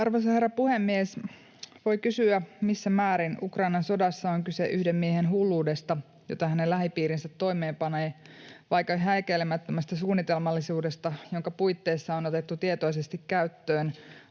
Arvoisa herra puhemies! Voi kysyä, missä määrin Ukrainan sodassa on kyse yhden miehen hulluudesta, jota hänen lähipiirinsä toimeenpanee, vai onko kyse häikäilemättömästä suunnitelmallisuudesta, jonka puitteissa on otettu alusta alkaen tietoisesti käyttöön